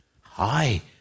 hi